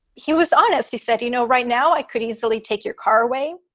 he was honest. he said, you know, right now i could easily take your car away.